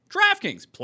DraftKings